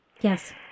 Yes